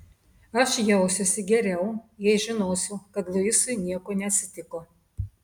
aš jausiuosi geriau jei žinosiu kad luisui nieko neatsitiko